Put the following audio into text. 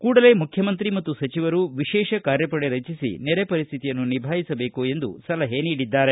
ಕೂಡಲೇ ಮುಖ್ಯಮಂತ್ರಿ ಮತ್ತು ಸಚಿವರು ವಿಶೇಷ ಕಾರ್ಯಪಡೆ ರಚಿಸಿ ನೆರೆ ಪರಿಸ್ಥಿತಿಯನ್ನು ನಿಭಾಯಿಸಬೇಕು ಎಂದು ಸಲಹೆ ನೀಡಿದ್ದಾರೆ